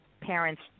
parents